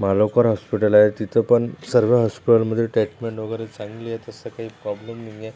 Malvakar hospital आहे तिथं पण सर्व हॉस्पिटलमध्ये टेटमेंट वगैरे चांगली आहे तसं काही प्रॉब्लेम नाही आहे